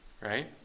right